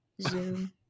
Zoom